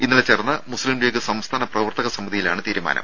ഇന്നലെ ചേർന്ന മുസ്ലിം ലീഗ് സംസ്ഥാന പ്രവർത്തക സമിതിയിലാണ് തീരുമാനം